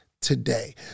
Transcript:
today